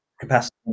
capacity